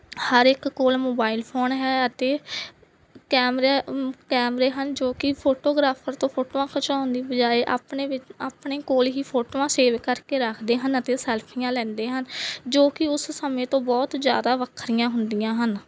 ਹਰ ਇੱਕ ਕੋਲ mobile phone ਹੈ ਅਤੇ ਕੈਮਰੇ ਉਂ ਕੈਮਰੇ ਹਨ ਜੋ ਕਿ ਫੋਟੋਗ੍ਰਾਫਰ ਤੋਂ ਫੋਟੋਆਂ ਖਿਚਾਉਣ ਦੀ ਬਜਾਏ ਆਪਣੇ ਵਿੱਚ ਆਪਣੇ ਕੋਲ ਹੀ ਫੋਟੋਆਂ ਸੇਵ ਕਰਕੇ ਰੱਖਦੇ ਹਨ ਅਤੇ ਸੈਲਫੀਆਂ ਲੈਂਦੇ ਹਨ ਜੋ ਕਿ ਉਸ ਸਮੇਂ ਤੋਂ ਬਹੁਤ ਜ਼ਿਆਦਾ ਵੱਖਰੀਆਂ ਹੁੰਦੀਆਂ ਹਨ